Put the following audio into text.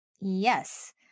yes